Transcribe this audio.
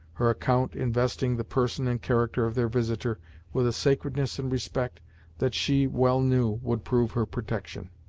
her account investing the person and character of their visitor with a sacredness and respect that she well knew would prove her protection.